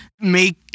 make